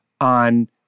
on